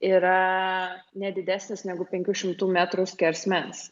yra ne didesnis negu penkių šimtų metrų skersmens